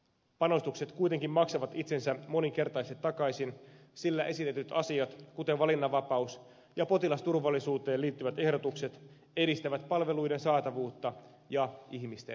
panostukset kuitenkin maksavat itsensä moninkertaisesti takaisin sillä esitetyt asiat kuten valinnanvapaus ja potilasturvallisuuteen liittyvät ehdotukset edistävät palveluiden saatavuutta ja ihmisten terveyttä